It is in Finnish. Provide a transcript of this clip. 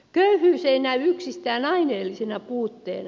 köyhyys ei näy yksistään aineellisena puutteena